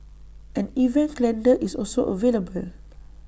an event calendar is also available